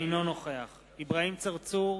אינו נוכח אברהים צרצור,